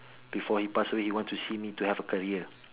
before he pass away he want to see me to have a career